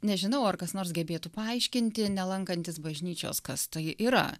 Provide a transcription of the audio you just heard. nežinau ar kas nors gebėtų paaiškinti nelankantis bažnyčios kas tai yra